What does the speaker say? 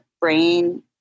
brain